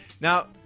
Now